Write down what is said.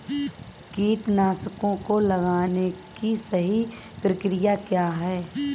कीटनाशकों को लगाने की सही प्रक्रिया क्या है?